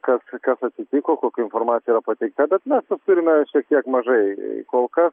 kas kas atsitiko kokia informacija yra pateikta bet na turime šiek tiek mažai kol kas